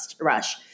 rush